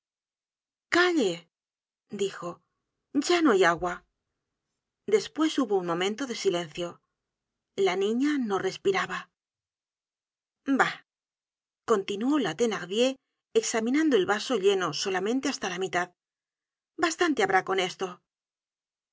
calle dijo ya no hay agua despues hubo momento de silencio la niña no respiraba bah continuó la thenardier examinando el vaso lleno solamente hasta la mitad bastante habrá con esto